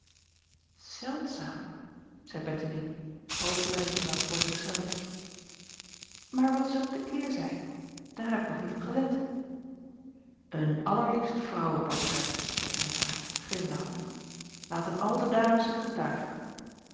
eldzaam zeî ettemie halfluid en als voor zich acob van ennep laasje evenster delen zelve maar wat is er op de keerzijde aar heb ik nog niet op gelet en allerliefst vrouweportret zeî renkelaer glimlachende laten al de dames t getuigen